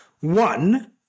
One